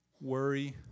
worry